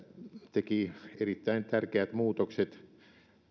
teki erittäin tärkeät muutokset